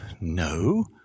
No